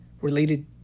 related